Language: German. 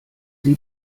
sie